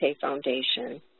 Foundation